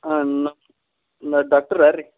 ಹಾಂ ನ ನ ಡಾಕ್ಟರ್ರಾ ರೀ